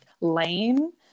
lame